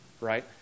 Right